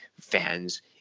fans